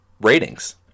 ratings